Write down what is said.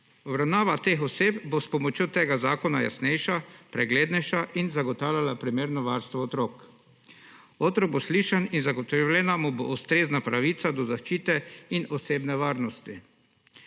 Obravnava teh oseb bo s pomočjo tega zakona jasnejša, preglednejša in bo zagotavljala primerno varstvo otrok. Otrok bo slišan in zagotovljena mu bo ustrezna pravica do zaščite in osebne varnosti.